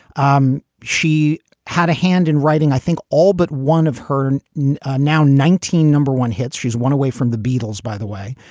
um she had a hand in writing, i think all but one of her now nineteen number one hits. she's one away from the beatles, by the way.